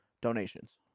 donations